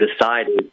decided